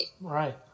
Right